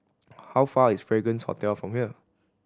how far is Fragrance Hotel from here